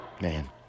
Man